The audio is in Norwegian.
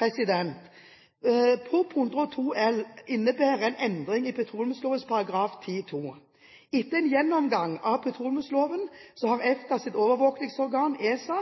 Prop. 102 L for 2010–2011 innebærer en endring i petroleumsloven § 10-2. Etter en gjennomgang av petroleumsloven har EFTAs overvåkingsorgan, ESA,